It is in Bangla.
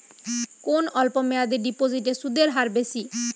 কোন অল্প মেয়াদি ডিপোজিটের সুদের হার বেশি?